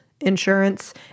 insurance